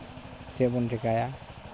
ᱪᱮᱫ ᱵᱚᱱ ᱪᱤᱠᱟᱹᱭᱟ